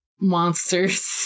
monsters